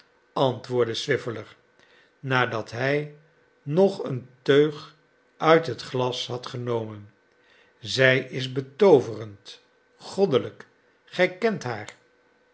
antwoordde swiveller nadat hij nog een teug uit het glas had genomen zij is betooverend goddelijk gij kent haar